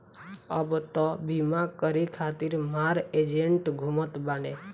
अब तअ बीमा करे खातिर मार एजेन्ट घूमत बाने